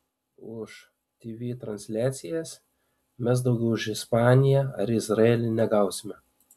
už tv transliacijas mes daugiau už ispaniją ar izraelį negausime